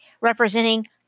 representing